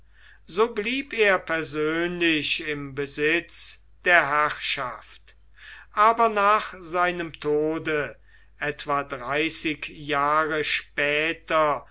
so blieb er persönlich im besitz der herrschaft aber nach seinem tode etwa dreißig jahre später